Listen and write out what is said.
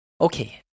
Okay